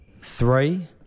three